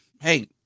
hey